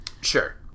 Sure